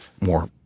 more